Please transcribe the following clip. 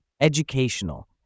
educational